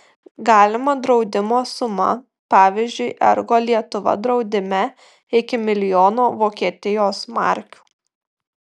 galima draudimo suma pavyzdžiui ergo lietuva draudime iki milijono vokietijos markių